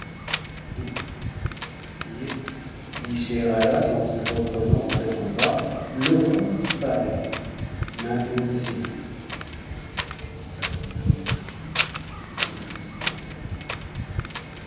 mais sire dit scheherazade en se reprenant dans cet endroit l'aurore qui paraît m'impose silence à ces mots elle se tut et le sultan se leva